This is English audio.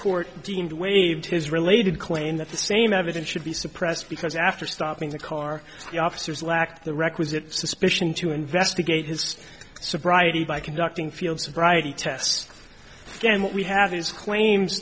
court deemed waived his related claim that the same evidence should be suppressed because after stopping the car the officers lacked the requisite suspicion to investigate his sobriety by conducting field sobriety tests and what we have is claims